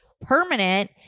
permanent